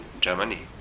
Germany